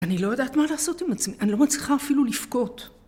אני לא יודעת מה לעשות עם עצמי, אני לא רואה מצליחה אפילו לבכות.